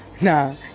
nah